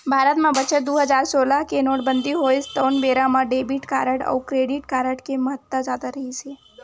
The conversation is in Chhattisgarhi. भारत म बछर दू हजार सोलह मे नोटबंदी होइस तउन बेरा म डेबिट कारड अउ क्रेडिट कारड के महत्ता जादा रिहिस हे